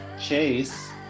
Chase